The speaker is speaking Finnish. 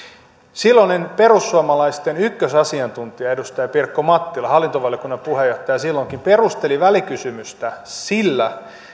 silloinen perussuomalaisten ykkösasiantuntija edustaja pirkko mattila hallintovaliokunnan puheenjohtaja silloinkin perusteli välikysymystä sillä